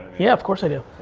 yeah, of course i do.